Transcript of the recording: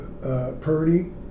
purdy